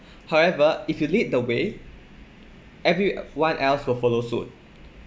however if you lead the way every one else will follow suit